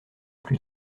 plus